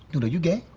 dude, are you gay?